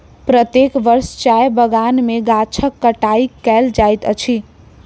प्रत्येक वर्ष चाय बगान में गाछक छंटाई कयल जाइत अछि